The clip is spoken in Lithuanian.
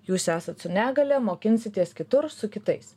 jūs esat su negalia mokinsitės kitur su kitais